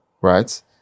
right